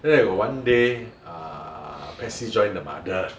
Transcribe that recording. then got one day uh Patsy join the mother (uh huh)